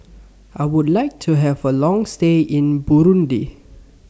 I Would like to Have A Long stay in Burundi